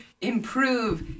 improve